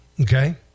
Okay